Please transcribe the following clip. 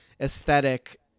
aesthetic